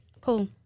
cool